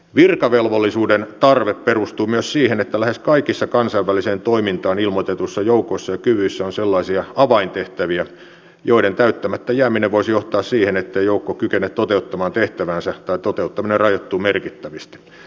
virkavelvollisuuden tarve perustuu myös siihen että lähes kaikissa kansainväliseen toimintaan ilmoitetuissa joukoissa ja kyvyissä on sellaisia avaintehtäviä joiden täyttämättä jääminen voisi johtaa siihen ettei joukko kykene toteuttamaan tehtäväänsä tai toteuttaminen rajoittuu merkittävästi